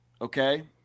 okay